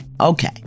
Okay